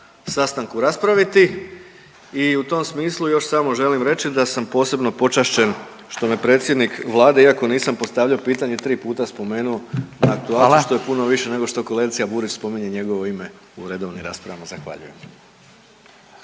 sastanku raspraviti i u tom smislu još samo želim reći da sam posebno počašćen što me predsjednik Vlade, iako nisam postavljao pitanje tri puta spomenuo na aktualcu … …/Upadica Radin: Hvala./… … što je puno više nego što kolegica Burić spominje njegovo ime u redovnim raspravama. Zahvaljujem.